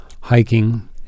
hiking